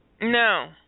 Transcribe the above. No